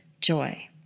joy